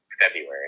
February